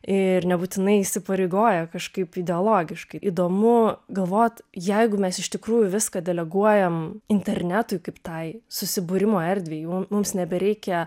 ir nebūtinai įsipareigoję kažkaip ideologiškai įdomu galvot jeigu mes iš tikrųjų viską deleguojam internetui kaip tai susibūrimo erdvei mums nebereikia